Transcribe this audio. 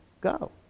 go